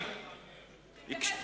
גברתי יושבת-ראש האופוזיציה,